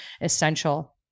essential